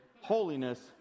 holiness